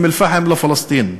אום-אלפחם לפלסטין",